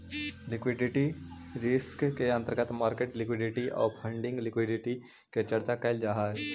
liquidity risk के अंतर्गत market liquidity आउ फंडिंग लिक्विडिटी के चर्चा कैल जा हई